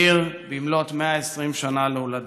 גולדה מאיר, במלאות 120 שנה להולדתה.